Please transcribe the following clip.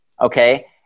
okay